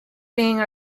being